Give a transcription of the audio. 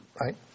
Right